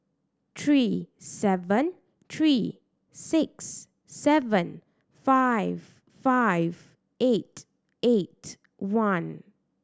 three seven three six seven five five eight eight one